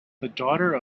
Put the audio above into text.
daughter